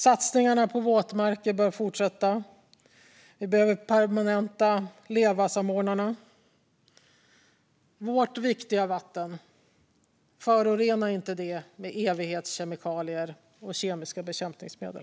Satsningarna på våtmarker bör fortsätta. Vi behöver permanenta LEVA-samordnarna. Förorena inte vårt viktiga vatten med evighetskemikalier och kemiska bekämpningsmedel!